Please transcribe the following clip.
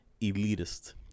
elitist